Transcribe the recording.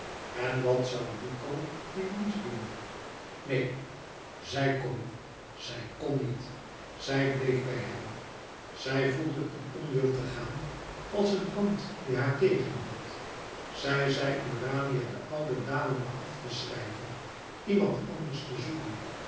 en wat zoû duco in nice doen neen zij kon zij kon niet zij bleef bij hem zij voelde een onwil te gaan als een hand die haar tegenhield zij zei urania de oude dame maar af te schrijven iemand anders te zoeken